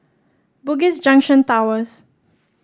Bugis Junction Towers